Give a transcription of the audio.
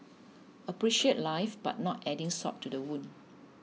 appreciate life but not adding salt to the wound